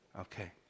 Okay